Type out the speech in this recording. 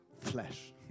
flesh